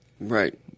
Right